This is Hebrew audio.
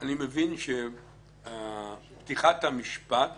אני מבין שפתיחת המשפט